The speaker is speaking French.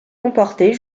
comporter